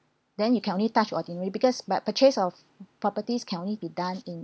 then you can only touch ordinary because but purchase of properties can only be done in